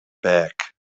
back